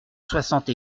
soixante